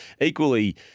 equally